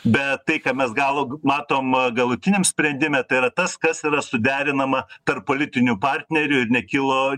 bet tai ką mes galo matom galutiniam sprendimetai yra tas kas yra suderinama tarp politinių partneriųir nekilo